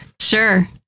sure